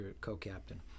co-captain